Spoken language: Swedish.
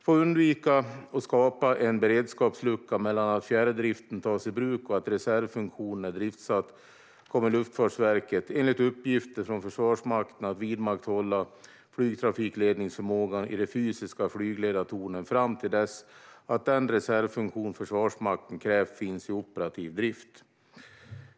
För att undvika att skapa en beredskapslucka mellan att fjärrdriften tas i bruk och att reservfunktionen är driftsatt kommer Luftfartsverket, enligt uppgifter från Försvarsmakten, att vidmakthålla flygtrafikledningsförmågan i de fysiska flygledartornen fram till dess att den reservfunktion Försvarsmakten krävt finns i operativ drift.